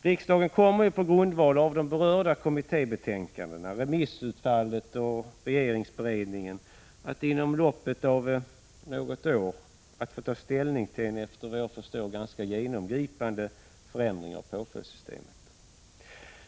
Riksdagen kommer på grundval av de berörda kommittébetänkandena, remissutfallet och regeringsberedningen att inom loppet av något år få ta ställning till en, efter vad jag förstår, ganska genomgripande förändring av påföljdssystemet.